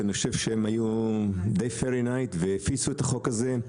אני חושב שהם היום די פיירים והפיצו את החוק הזה.